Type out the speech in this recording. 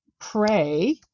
pray